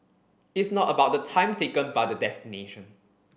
it's not about the time taken but the destination